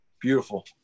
Beautiful